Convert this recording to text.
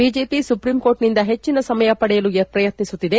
BJP supreme court ನಿಂದ ಹೆಚ್ಚಿನ ಸಮಯ ಪಡೆಯಲು ಪ್ರಯತ್ನಿಸುತ್ತಿದೆ